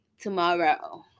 tomorrow